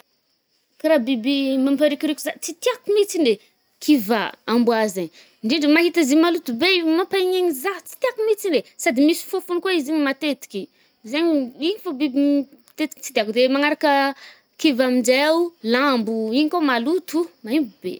ka raha biby mamparikoriko zah- tsy tiàko mitsiny e, kivà-amboa zaigny.ndrindra mahita azy maloto be, mampanegny zah, tsy tiàko mitsiny e. Sady misy fofogny kôa izy igny, matetiky. zaigny igny fô biby matetiky tsy tiako. De magnaraka kivà aminjaio lambo, igny kôa maloto, maimbo be.